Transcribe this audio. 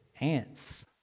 ants